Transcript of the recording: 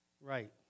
Right